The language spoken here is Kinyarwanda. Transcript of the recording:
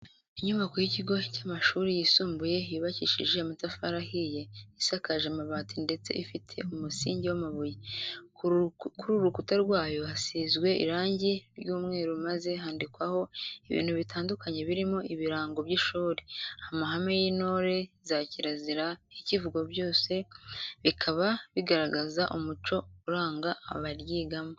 Inyubako y'ikigo cy'amashuri yisumbuye yubakishije amatafari ahiye, isakaje amabati ndetse ifite umusingi w'amabuye, ku rukuta rwayo hasizwe irangi ry'umweru maze handikwaho ibintu bitandukanye birimo ibirango by'ishuri, amahame y'intore, za kirazira, icyivugo byose bikaba bigaragaza umuco uranga abaryigamo.